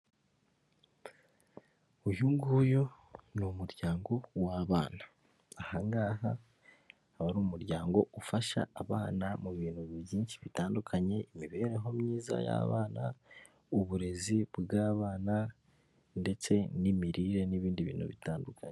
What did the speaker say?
Uyu nguyu ni umuryango w'abana. Ahangaha aba ari umuryango ufasha abana mu bintu byinshi bitandukanye; imibereho myiza y'abana, uburezi bw'abana, ndetse n'imirire n'ibindi bintu bitandukanye.